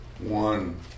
one